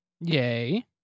Yay